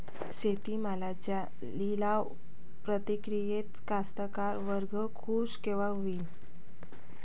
शेती मालाच्या लिलाव प्रक्रियेत कास्तकार वर्ग खूष कवा होईन?